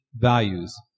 values